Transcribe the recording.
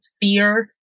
fear